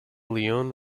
leone